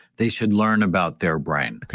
they should learn about their brain.